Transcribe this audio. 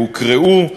שהוקראו.